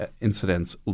incidents